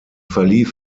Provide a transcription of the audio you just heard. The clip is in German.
verlief